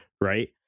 right